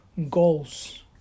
Goals